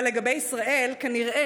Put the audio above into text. אבל לגבי ישראל כנראה